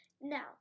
Now